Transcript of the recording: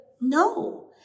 no